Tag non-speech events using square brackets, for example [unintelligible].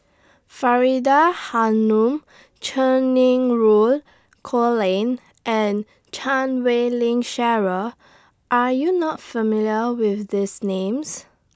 Faridah Hanum Cheng [unintelligible] Colin and Chan Wei Ling Cheryl Are YOU not familiar with These Names